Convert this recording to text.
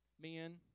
men